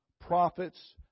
prophets